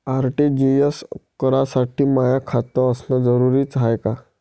RTGS करासाठी माय खात असनं जरुरीच हाय का?